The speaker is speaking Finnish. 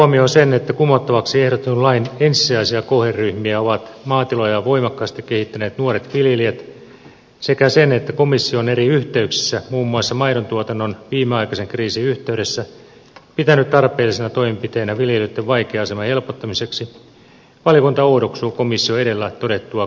ottaen huomioon sen että kumottavaksi ehdotetun lain ensisijaisia kohderyhmiä ovat maatilojaan voimakkaasti kehittäneet nuoret viljelijät sekä sen että komissio on eri yhteyksissä muun muassa maidontuotannon viimeaikaisen kriisin yhteydessä pitänyt tarpeellisena toimenpiteitä viljelijöiden vaikean aseman helpottamiseksi valiokunta oudoksuu komission edellä todettua kannanottoa